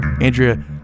Andrea